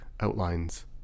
outlines